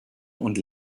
und